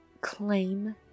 claim